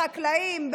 בחקלאים,